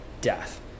death